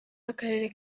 w’akarere